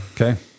Okay